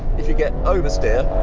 if you get over steer,